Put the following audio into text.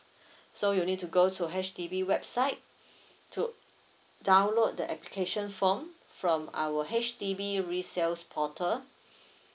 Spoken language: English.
so you need to go to H_D_B website to download the application form from our H_D_B resales portal